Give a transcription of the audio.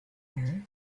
air